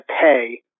pay